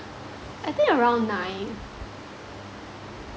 I think around nine